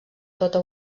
tota